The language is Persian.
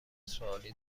سوالی